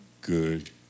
good